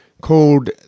called